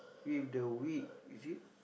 with the weed is it